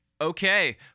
Okay